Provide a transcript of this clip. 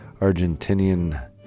Argentinian